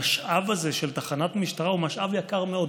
המשאב הזה של תחנת משטרה הוא משאב יקר מאוד.